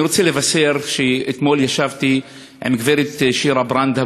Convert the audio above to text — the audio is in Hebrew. אני רוצה לבשר שאתמול ישבתי עם גברת שירה ברנד,